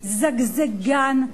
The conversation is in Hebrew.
זגזגן,